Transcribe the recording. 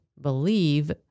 believe